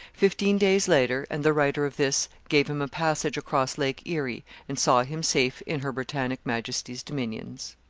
fifteen days later, and the writer of this gave him a passage across lake erie, and saw him safe in her britannic majesty's dominions.